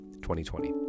2020